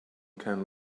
ken